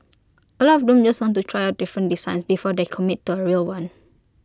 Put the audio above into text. A lot of them just want to try out different designs before they commit to A real one